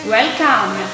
Welcome